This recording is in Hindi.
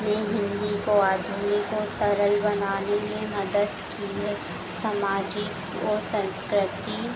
में हिन्दी को आधुनिक और सरल बनाने में मदद की है सामाजिक और सँस्कृति